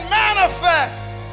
manifest